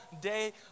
day